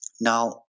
now